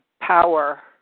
power